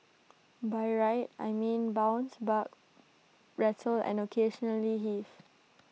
by ride I mean bounce buck rattle and occasionally heave